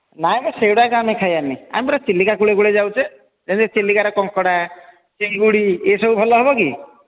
ନାଇ ମ ସେଗୁଡ଼ାକ ଆମେ ଖାଇବାନି ଆମେ ପରା ଚିଲିକା କୂଳେ କୂଳେ ଯାଉଛେ ଯେମିତି ଚିଲିକାର କଙ୍କଡ଼ା ଚିଙ୍ଗୁଡ଼ି ଏ ସବୁ ଭଲ ହେବ କି